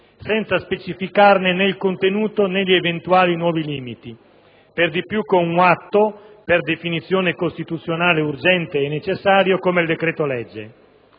senza specificarne né il contenuto né gli eventuali nuovi limiti; per di più con un atto, per definizione costituzionale, urgente e necessario come il decreto-legge.